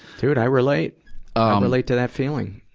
dude, i relate. i relate to that feeling.